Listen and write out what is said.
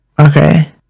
okay